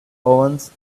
ovens